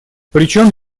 причем